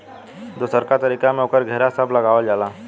दोसरका तरीका में ओकर घेरा सब लगावल जाला